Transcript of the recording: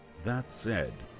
that said,